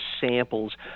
samples